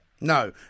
No